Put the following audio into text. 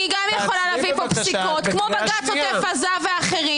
אני גם יכולה להביא פה פסיקות כמו בג"ץ עוטף עזה ואחרות,